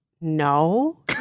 No